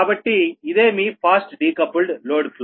కాబట్టి ఇదే మీ ఫాస్ట్ డికపుల్డ్ లోడ్ ఫ్లో